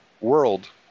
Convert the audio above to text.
World